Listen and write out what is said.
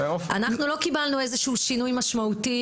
אנחנו לא קיבלנו איזשהו שינוי משמעותי